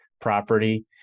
property